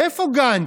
ואיפה גנץ?